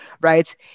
right